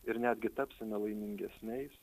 ir netgi tapsime laimingesniais